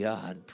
God